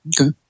Okay